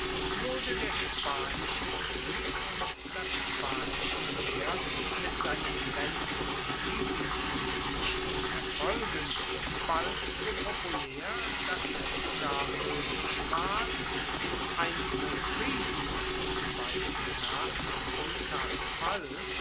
wurde der spanische krieg und das spanische heer mit seinen glaenzenden siegen und wichtigen erfolgen bald so populaer dass es sogar moeglich ward in einzelnen krisen zum beispiel nach hamilkars fall